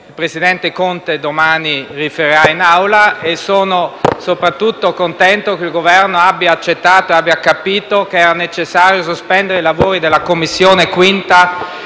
il presidente Conte riferirà domani in Aula. Sono soprattutto contento che il Governo abbia accettato e abbia capito che era necessario sospendere i lavori della 5a Commissione fino